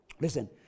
Listen